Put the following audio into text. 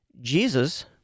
jesus